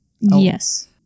Yes